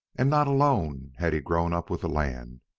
and not alone had he grown up with the land,